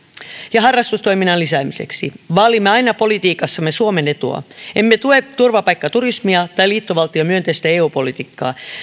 ja harrastustoiminnan lisäämiseksi vaalimme aina politiikassamme suomen etua emme tue turvapaikkaturismia tai liittovaltiomyönteistä eu politiikkaa